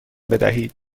بدهید